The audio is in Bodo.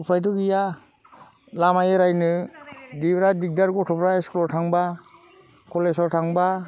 उफायथ' गैया लामा एरायनो बेराद दिगदार गथ'फ्रा स्कुलाव थांब्ला कलेजाव थांब्ला